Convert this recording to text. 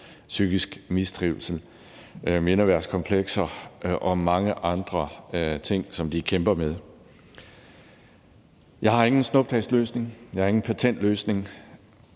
psykisk mistrivsel, mindreværdskomplekser, og at der er mange andre ting, som de kæmper med. Jeg har ingen snuptagsløsning, jeg har ingen patentløsning,